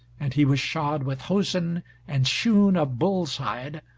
and he was shod with hosen and shoon of bull's hide,